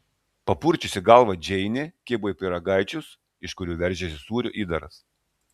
papurčiusi galvą džeinė kibo į pyragaičius iš kurių veržėsi sūrio įdaras